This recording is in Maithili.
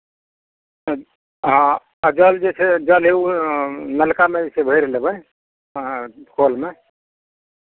हाँ आ जल जे छै जल ए ओ नलकामे जे छै भरि लेबै हाँ कलमे